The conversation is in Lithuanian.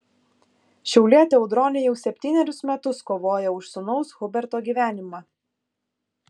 šiaulietė audronė jau septynerius metus kovoja už sūnaus huberto gyvenimą